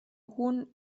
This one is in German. hohen